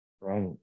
Right